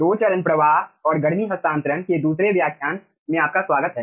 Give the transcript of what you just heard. दो चरण प्रवाह और गर्मी हस्तांतरण के दूसरे व्याख्यान में आपका स्वागत है